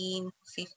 15